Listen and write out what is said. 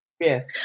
Yes